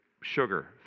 sugar